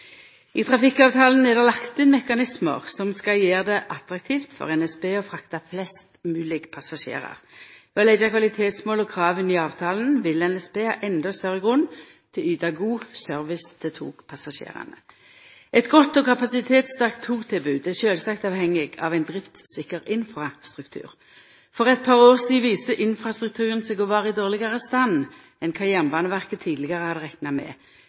I trafikkavtalen er det lagt inn mekanismar som skal gjera det attraktivt for NSB å frakta flest mogleg passasjerar. Ved å leggja kvalitetsmål og krav inn i avtalen vil NSB ha endå større grunn til å yta god service til togpassasjerane. Eit godt og kapasitetssterkt togtilbod er sjølvsagt avhengig av ein driftssikker infrastruktur. For eit par år sidan viste infrastrukturen seg å vera i dårlegare stand enn kva Jernbaneverket tidlegare hadde rekna med.